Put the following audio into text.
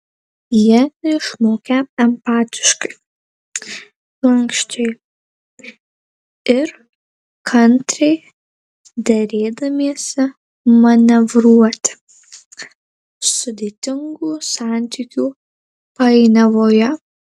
jie neišmokę empatiškai lanksčiai ir kantriai derėdamiesi manevruoti sudėtingų santykių painiavoje